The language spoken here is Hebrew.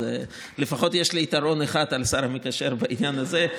אז לפחות יש לי יתרון אחד על השר המקשר בעניין הזה,